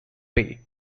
bay